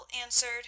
ANSWERED